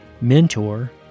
mentor